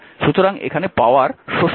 সুতরাং এখানে পাওয়ার শোষিত হয়